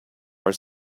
our